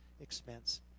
expense